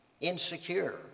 insecure